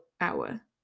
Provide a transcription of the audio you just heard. hour